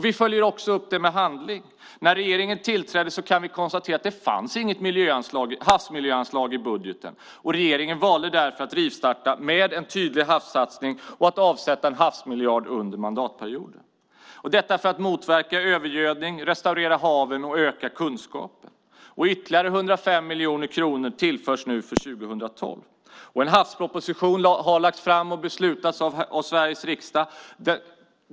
Vi följer också upp det med handling. När regeringen tillträdde fanns det inget havsmiljöanslag i budgeten, och regeringen valde därför att rivstarta med en tydlig havssatsning och att avsätta en havsmiljard under mandatperioden - detta för att motverka övergödning, restaurera haven och öka kunskapen. Ytterligare 105 miljoner kronor tillförs nu för 2012. En havsproposition har lagts fram och beslutats om av Sveriges riksdag.